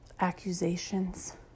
accusations